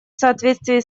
соответствии